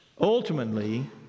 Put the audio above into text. Ultimately